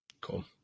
Cool